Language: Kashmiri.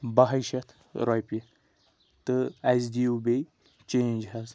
بَہٕے شَتھ رۄپیہِ تہٕ اَسہِ دِیِو بیٚیہِ چینٛج حظ